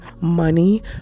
money